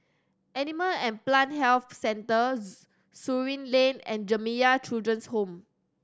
Animal and Plant Health Centre Surin Lane and Jamiyah Children's Home